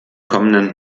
kommenden